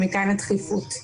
ומכאן הדחיפות.